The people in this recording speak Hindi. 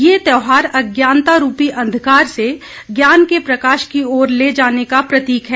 यह त्यौहार अज्ञानता रूपी अंधकार से ज्ञान के प्रकाश की ओर ले जाने का प्रतीक है